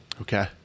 Okay